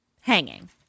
hanging